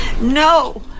No